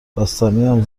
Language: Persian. بستنیم